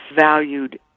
valued